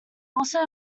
also